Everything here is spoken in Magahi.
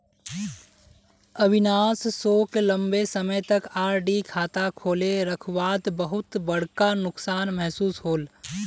अविनाश सोक लंबे समय तक आर.डी खाता खोले रखवात बहुत बड़का नुकसान महसूस होल